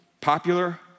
popular